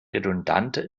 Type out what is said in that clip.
redundante